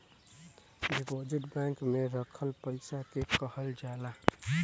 deposit bank में रखल पइसा के कहल जाला